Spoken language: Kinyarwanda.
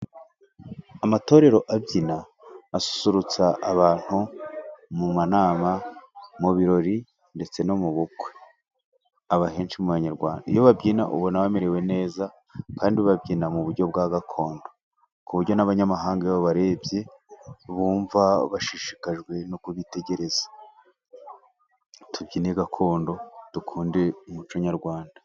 Amatorero abyina asusurutsa abantu mu mana mu birori ndetse no mu bukwe, henshi mu banyarwanda iyo babyina ubona bamerewe neza, kandi babyina mu buryo bwa gakondo ku buryo n'abanyamahanga babarebye, bumva bashishikajwe no kubitegereza tubyinyine gakondo dukunde umuco nyarwanda.